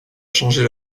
changer